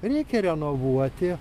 reikia renovuoti